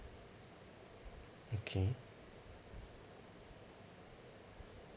okay